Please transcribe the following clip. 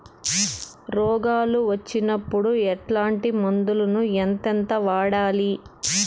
రోగాలు వచ్చినప్పుడు ఎట్లాంటి మందులను ఎంతెంత వాడాలి?